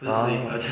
ah